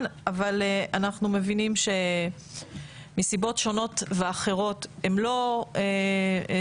אבל אנחנו מבינים שמסיבות שונות ואחרות הן לא נסגרו,